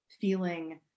feeling